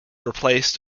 replaced